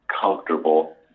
comfortable